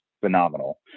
phenomenal